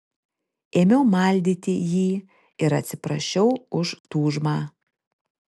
ėmiau maldyti jį ir atsiprašiau už tūžmą